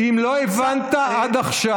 אם לא הבנת עד עכשיו,